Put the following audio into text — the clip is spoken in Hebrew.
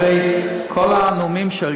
אחרי כל הנאומים,